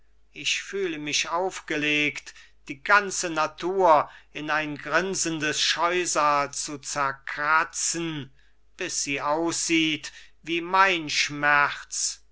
ich fühle mich aufgelegt die ganze natur in ein grinsendes scheusal zu zerkratzen bis sie aussieht wie mein schmerz